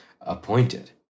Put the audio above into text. appointed